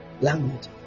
language